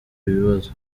bibazo